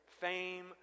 fame